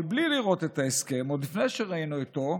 אבל בלי לראות את ההסכם, עוד לפני שראינו אותו,